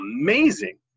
amazing